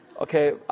Okay